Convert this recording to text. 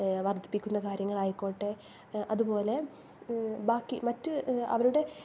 വർദ്ധിപ്പിക്കുന്ന കാര്യങ്ങളായിക്കോട്ടെ അതുപോലെ ബാക്കി മറ്റ് അവരുടെ